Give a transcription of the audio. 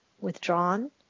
withdrawn